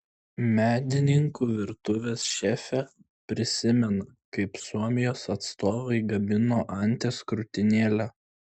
medininkų virtuvės šefė prisimena kaip suomijos atstovai gamino anties krūtinėlę